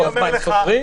הם סוגרים?